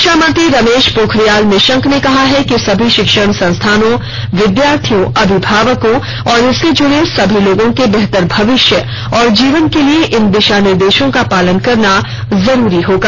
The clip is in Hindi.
शिक्षामंत्री रमेश पोखरियाल निशंक ने कहा है कि सभी शिक्षण संस्थानों विद्यार्थियों अभिभावकों और इससे जुड़े सभी लोगों के बेहतर भविष्य और जीवन के लिए इन दिशा निर्देशों का पालन करना जरूरी होगा